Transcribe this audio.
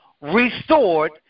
restored